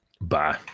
Bye